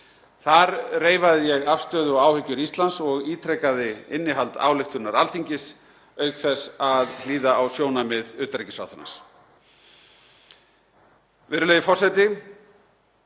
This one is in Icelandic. Þar reifaði ég afstöðu og áhyggjur Íslands og ítrekaði innihald ályktunar Alþingis auk þess að hlýða á sjónarmið utanríkisráðherrans. Virðulegi forseti.